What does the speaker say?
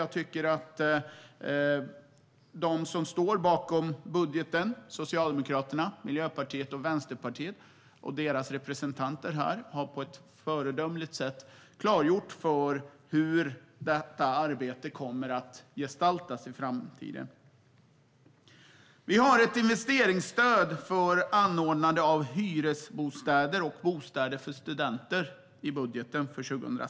Jag tycker att de som står bakom budgeten - Socialdemokraterna, Miljöpartiet och Vänsterpartiet - och deras representanter här på ett föredömligt sätt har klargjort hur detta arbete kommer att gestalta sig i framtiden. Vi har i budgeten för 2016 ett investeringsstöd för anordnande av hyresbostäder och bostäder för studenter.